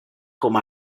com